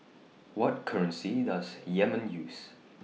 What currency Does Yemen use